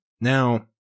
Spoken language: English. Now